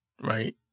right